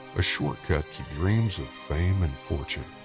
a shortcut to dreams of fame and fortune.